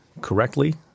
correctly